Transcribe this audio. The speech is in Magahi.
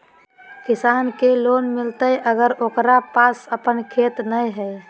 किसान के लोन मिलताय अगर ओकरा पास अपन खेत नय है?